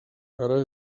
ara